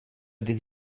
tych